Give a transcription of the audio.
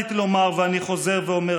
הקפדתי לומר ואני חוזר ואומר,